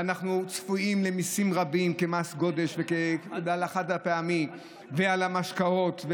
ואנחנו צפויים למיסים רבים כמס גודש וכמס על חד-פעמי ועל משקאות.